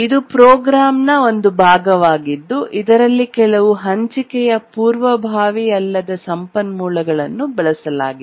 ಇದು ಪ್ರೋಗ್ರಾಮ್ ನ ಒಂದು ಭಾಗವಾಗಿದ್ದು ಇದರಲ್ಲಿ ಕೆಲವು ಹಂಚಿಕೆಯ ಪೂರ್ವಭಾವಿ ಅಲ್ಲದ ಸಂಪನ್ಮೂಲವನ್ನು ಬಳಸಲಾಗಿದೆ